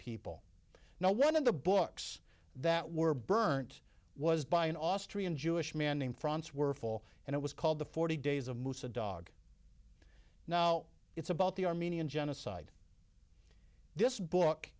people now one of the books that were burnt was by an austrian jewish man in france were full and it was called the forty days of mussa dog now it's about the armenian genocide this book